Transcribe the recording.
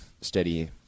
steady